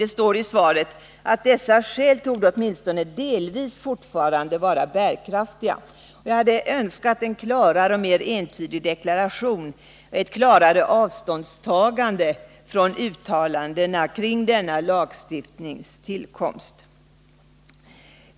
Det står i svaret: ”Dessa skäl torde åtminstone delvis fortfarande vara bärkraftiga.” Jag hade önskat en klarare och mer entydig deklaration, ett klarare avståndstagande från uttalandena kring denna lagstiftnings tillkomst.